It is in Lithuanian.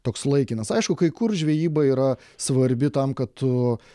toks laikinas aišku kai kur žvejyba yra svarbi tam kad tu